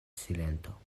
silento